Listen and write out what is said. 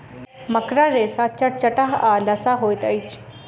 मकड़ा रेशा चटचटाह आ लसाह होइत अछि